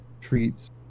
treats